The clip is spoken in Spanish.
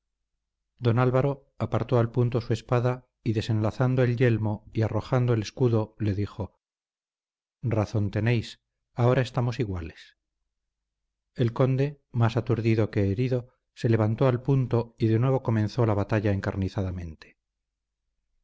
don álvaro apartó al punto su espada y desenlazando el yelmo y arrojando el escudo le dijo razón tenéis ahora estamos iguales el conde más aturdido que herido se levantó al punto y de nuevo comenzó la batalla